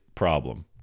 problem